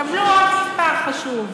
קבלו עוד מספר חשוב: